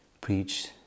preach